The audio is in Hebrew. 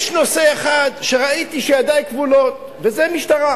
יש נושא אחד שראיתי שבו ידי כבולות, וזה משטרה.